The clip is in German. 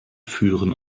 führen